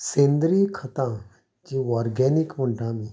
सैंद्रीय खतां जीं ओर्गेनीक म्हणटात आमी